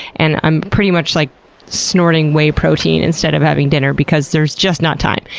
and i'm pretty much like snorting whey protein instead of having dinner because there's just not time.